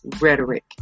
Rhetoric